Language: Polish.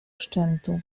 szczętu